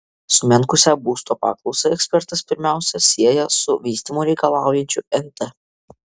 sumenkusią būsto paklausą ekspertas pirmiausia sieja su vystymo reikalaujančiu nt